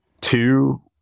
Two